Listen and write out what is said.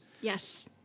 Yes